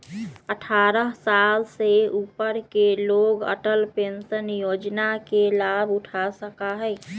अट्ठारह साल से ऊपर के लोग अटल पेंशन योजना के लाभ उठा सका हई